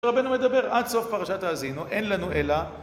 רבינו מדבר עד סוף פרשת האזינו, אין לנו אלא...